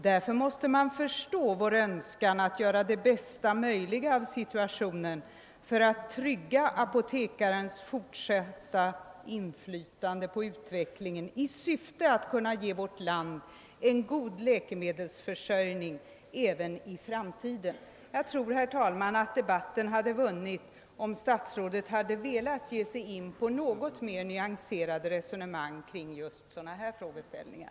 Därför måste man förstå vår önskan att göra det bästa möjliga av situationen för att trygga apotekarens fortsatta inflytande på utvecklingen i syfte att kunna ge vårt land en god läkemedelsförsörjning även i framtiden.» Jag tror att debatten hade vunnit på om statsrådet hade velat gå in i ett något mer nyanserat resonemang kring dessa frågor.